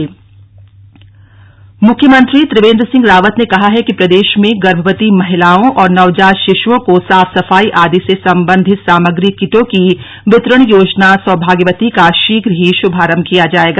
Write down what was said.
सौभाग्यवती योजना मुख्यमंत्री त्रिवेन्द्र सिंह रावत ने कहा है कि प्रदेश में गर्भवती महिलाओं और नवजात शिशुओं को साफ सफाई आदि से सम्बन्धित सामग्री किटों की वितरण योजना सौभाग्यवती का शीघ्र ही श्रभारम्भ किया जाएगा